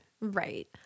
Right